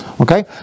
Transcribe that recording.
Okay